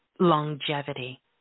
Longevity